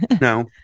No